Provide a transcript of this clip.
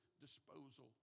disposal